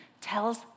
tells